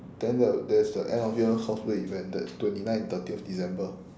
then the there's the end of year cosplay event that's twenty nine and thirtieth december